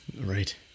Right